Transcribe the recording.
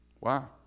Wow